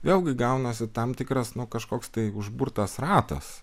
vėlgi gaunasi tam tikras kažkoks tai užburtas ratas